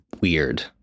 weird